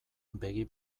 begi